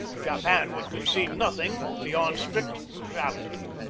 japan would concede nothing beyond strict neutrality.